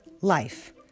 life